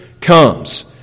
comes